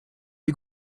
you